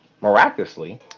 miraculously